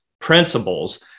principles